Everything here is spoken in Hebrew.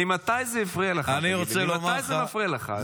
ממתי זה הפריע לך, תגיד לי, ממתי זה מפריע לך?